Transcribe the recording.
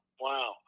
wow